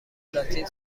لاتین